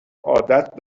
عادت